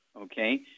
okay